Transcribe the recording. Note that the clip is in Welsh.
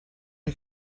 mae